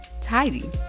tidy